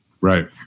Right